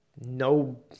No